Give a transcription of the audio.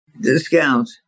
Discount